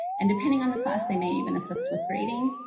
and depending on the class, they may even assist with grading.